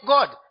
God